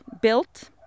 built